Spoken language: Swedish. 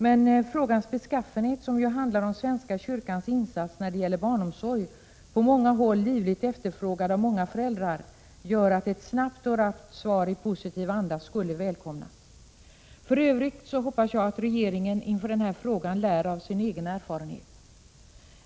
Men frågans beskaffenhet — det handlar ju om svenska kyrkans insats då det gäller barnomsorg, på många håll livligt efterfrågad av många föräldrar — gör att ett snabbt och rappt svar i positiv anda skulle välkomnas. För övrigt hoppas jag att regeringen inför den här frågan lär av sin egen erfarenhet.